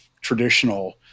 traditional